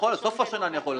בסוף השנה אני יכול לתת.